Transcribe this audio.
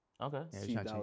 Okay